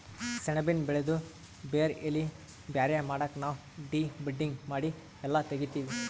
ಸೆಣಬಿನ್ ಬೆಳಿದು ಬೇರ್ ಎಲಿ ಬ್ಯಾರೆ ಮಾಡಕ್ ನಾವ್ ಡಿ ಬಡ್ಡಿಂಗ್ ಮಾಡಿ ಎಲ್ಲಾ ತೆಗಿತ್ತೀವಿ